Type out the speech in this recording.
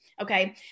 Okay